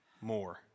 more